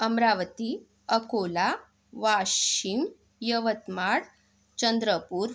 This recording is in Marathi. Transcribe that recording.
अमरावती अकोला वाशिम यवतमाळ चंद्रपूर